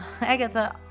Agatha